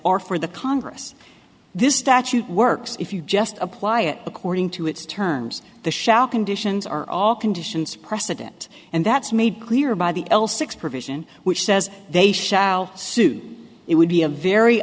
are for the congress this statute works if you just apply it according to its terms the shall conditions are all conditions precedent and that's made clear by the l six provision which says they shall soon it would be a very